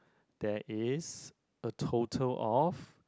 there is a total of